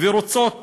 ורוצות